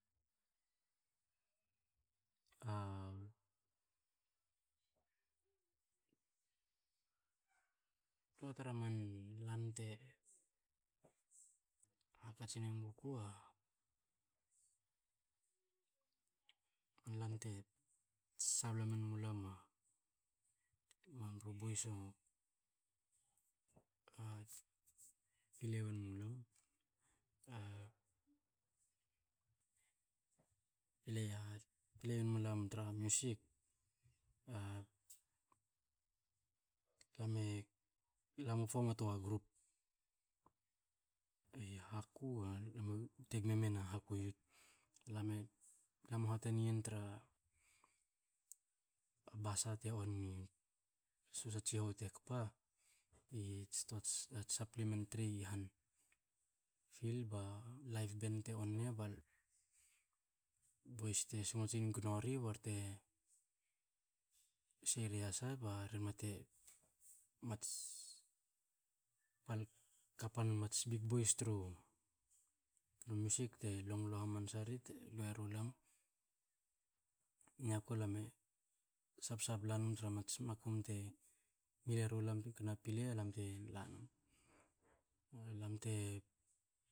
toa tra man lan te hakatsin enguku a, u lan te sabla memulam a boys a- a pilei wonmulam, pilei pilei wonmulam tra music, lam e pom a toa group i haku bte gmo emen a haku youth. Lam e, lam mu hatani yen tra basa te on mi, sosha tsi hou te kpa, a tsi tua tsi saplimentri i han i pil, ba laip ben te on na, bu bois te songotsin gnori bte sei ri yasa ba rehna te mats palkapan mats bikbois tru music te longlo hamansa ri te lue ru lam. Niaku lam e sabsabla num tra mats makum te ngil eru lam kna pilei ba lam te lanum. Ba lam te